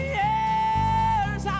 years